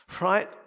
right